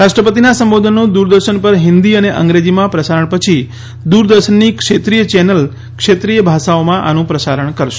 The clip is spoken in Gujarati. રાષ્ટ્રપતિના સંબોધનનું દૂરદર્શન પર હિન્દી અને અંગ્રેજીમાં પ્રસારણ પછી દૂરદર્શનની ક્ષેત્રીય ચેનલ પર ક્ષેત્રીય ભાષાઓમાં આનું પ્રસારણ કરશે